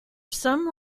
some